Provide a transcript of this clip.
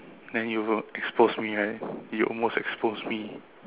then you will expose me right you almost expose me